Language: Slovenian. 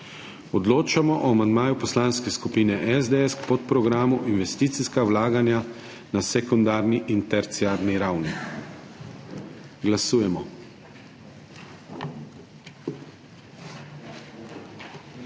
Odločamo o amandmaju Poslanske skupine SDS k podprogramu Investicijska vlaganja na sekundarni in terciarni ravni. Glasujemo.